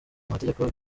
mategeko